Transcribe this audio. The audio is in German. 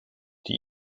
die